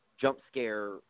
jump-scare